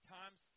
times